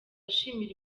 ashimira